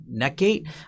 NetGate